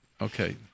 Okay